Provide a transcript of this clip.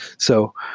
so